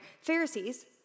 Pharisees